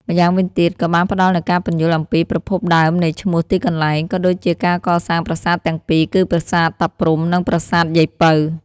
ម្យ៉ាងវិញទៀត ក៏បានផ្តល់នូវការពន្យល់អំពីប្រភពដើមនៃឈ្មោះទីកន្លែង ក៏ដូចជាការកសាងប្រាសាទទាំងពីរ គឺប្រាសាទតាព្រហ្ម និងប្រាសាទយាយពៅ។